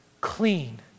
clean